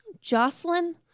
Jocelyn